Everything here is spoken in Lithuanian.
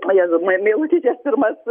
vajezau mai meilutytės pirmas